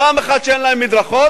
פעם אחת שאין להם מדרכות,